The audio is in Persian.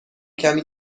کمی